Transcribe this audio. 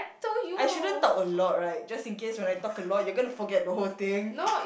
I shouldn't talk a lot right just in case when I talk a lot you gonna forgot the whole thing